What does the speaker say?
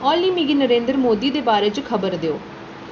only मिगी नरेंद्र मोदी दे बारे च खबर देओ